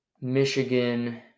Michigan